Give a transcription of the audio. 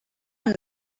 hand